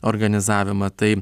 organizavimą tai